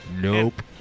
Nope